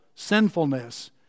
sinfulness